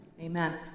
Amen